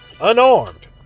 unarmed